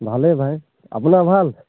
ভালেই ভাই আপোনাৰ ভাল